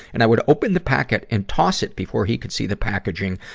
and i would open the packet and toss it before he could see the packaging,